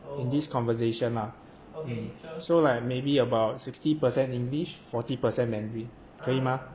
in this conversation lah so like maybe about sixty percent english forty percent mandarin 可以吗